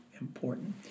important